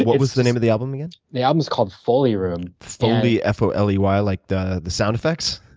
what's the the name of the album again? the album is called foley room. foley, f o l e y, like the the sound effects?